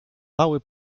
mały